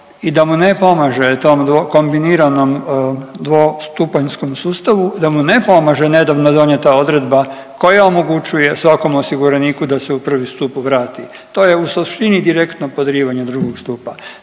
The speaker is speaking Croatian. i da mu ne pomaže tom kombiniranom dvostupanjskom sustavu, da mu ne pomaže nedavno donijeta odredba koja omogućuje svakom osiguraniku da se u prvi stup vrati, to je u suštini direktno podrivanje drugog stupa.